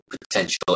potential